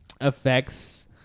affects